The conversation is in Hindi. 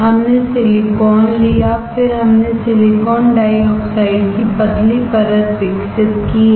हमने सिलिकॉन लिया फिर हमने सिलिकॉन डाइऑक्साइड की पतली परत विकसित की है